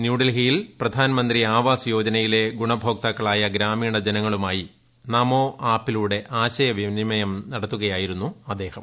ന്യൂഡൽഹിയിൽ പ്രധാൻ മന്ത്രി ആവാസ് യോജനയിലെ ഗുണഭോക്താക്കളായ ഗ്രാമീണ ജനങ്ങളുമായി നമോ ആപ്പിലൂടെ ആശയവിനിമയം നടത്തുകയായിരുന്നു അദ്ദേഹം